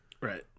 Right